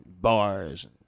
bars